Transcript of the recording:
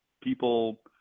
People